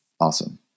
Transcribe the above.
Awesome